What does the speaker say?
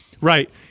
Right